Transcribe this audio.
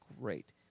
great